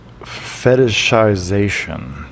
fetishization